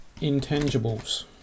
intangibles